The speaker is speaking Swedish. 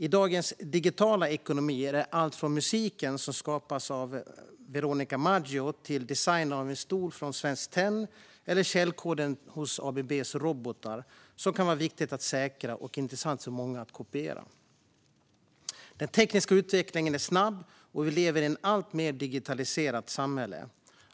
I dagens digitala ekonomi är det allt från den musik som skapas av Veronica Maggio till designen av en stol från Svenskt Tenn eller källkoden hos ABB:s robotar som kan vara viktigt att säkra och intressant för många att kopiera. Den tekniska utvecklingen är snabb, och vi lever i ett alltmer digitaliserat samhälle.